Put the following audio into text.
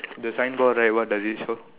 the signboard right what does it show